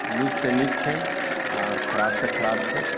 नीकसँ नीक छै आ खराबसँ खराब छै